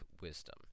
wisdom